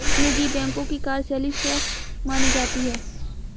निजी बैंकों की कार्यशैली स्वस्थ मानी जाती है